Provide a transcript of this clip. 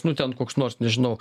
nu ten koks nors nežinau